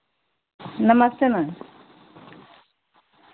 नमस्ते मैम